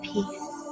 Peace